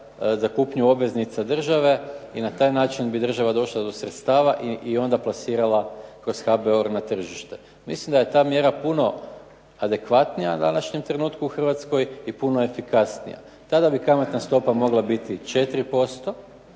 za kupnju obveznica države i na taj način bi država došla do sredstava i onda plasirala kroz HBOR na tržište. Mislim da je ta mjera puno adekvatnija u današnjem trenutku u Hrvatskoj i puno efikasnija. Tada bi kamatna stopa mogla biti 4%